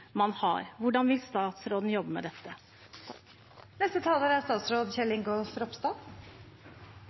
Hvordan vil statsråden jobbe med dette?